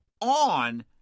on